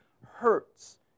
hurts